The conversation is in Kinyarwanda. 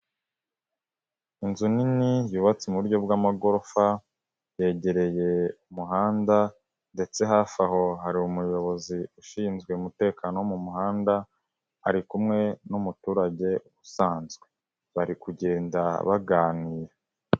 Inzu nini yubatse mu buryo bw'amagorofa, yegereye umuhanda ndetse hafi aho hari umuyobozi ushinzwe umutekano wo mu muhanda, ari kumwe n'umuturage usanzwe bari kugenda baganira.